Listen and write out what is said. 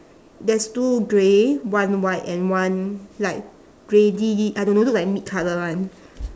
there's two grey one white and one like grey I don't know look like meat colour one